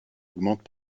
augmentent